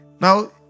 Now